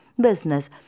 business